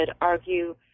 argue